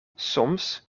soms